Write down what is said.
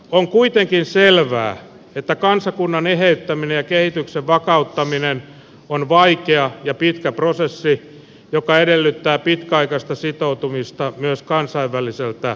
on kuitenkin selvää että kansakunnan eheyttäminen ja kehityksen vakauttaminen on vaikea ja pitkä prosessi joka edellyttää pitkäaikaista sitoutumista myös kansainväliseltä yhteisöltä